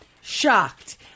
shocked